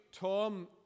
Tom